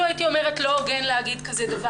הייתי אומרת שזה לא הוגן לומר דבר כזה.